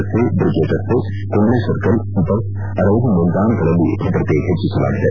ರಸ್ತೆ ಬ್ರೀಗೆಡ್ ರಸ್ತೆ ಕುಂಬೈ ಸರ್ಕಲ್ ಬಸ್ ರೈಲು ನಿಲ್ವಾಣಗಳಲ್ಲಿ ಭದ್ರತೆ ಹೆಚ್ಚಸಲಾಗಿದೆ